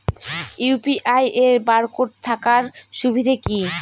UPI এর barcode থাকার সুবিধে কি?